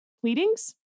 pleadings